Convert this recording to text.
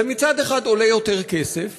זה מצד אחד עולה יותר כסף